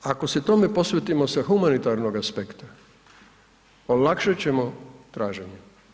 Ako se tome posvetimo sa humanitarnog aspekta olakšat ćemo traženje.